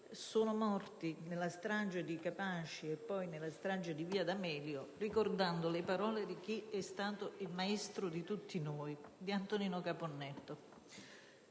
sono morti nella strage di Capaci e poi nella strage di via D'Amelio, ricordando le parole di chi è stato il maestro di tutti noi, Antonino Caponnetto.